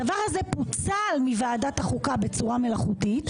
הדבר הזה פוצל מוועדת החוקה בצורה מלאכותית.